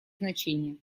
значение